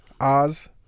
Oz